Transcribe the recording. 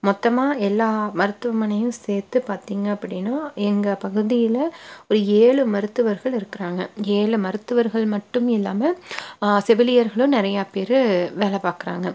மொத்தமாக எல்லாம் மருத்துவமனையும் சேர்த்து பார்த்திங்க அப்படின்னா எங்கள் பகுதியில் ஒரு ஏழு மருத்துவர்கள் இருக்கிறாங்க ஏழு மருத்துவர்கள் மட்டும் இல்லாமல் செவிலியர்களும் நிறையா பேர் வேலை பார்க்குறாங்க